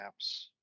apps